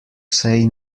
say